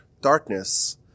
darkness